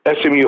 SMU